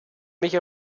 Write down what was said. mich